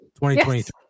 2023